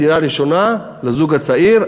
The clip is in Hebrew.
דירה ראשונה לזוג הצעיר,